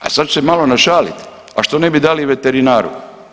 A sad ću se malo našalit, a što ne bi dali veterinaru.